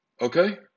Okay